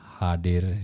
hadir